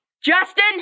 Justin